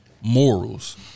morals